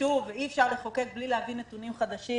שוב ואי אפשר לחוקק בלי להביא נתונים חדשים,